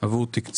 ₪ עבור תקצוב